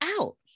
out